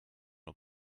nur